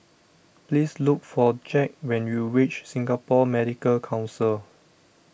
please look for Jack when you reach Singapore Medical Council